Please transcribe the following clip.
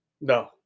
No